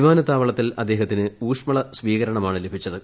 വിമാനത്താവളത്തിൽ അദ്ദേഹത്തിന് ഊഷ്മള സ്വീകരണ മാണ് ലഭിച്ചത്